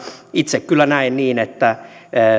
itse kyllä näen niin että